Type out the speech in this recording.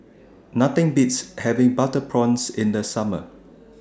Nothing Beats having Butter Prawns in The Summer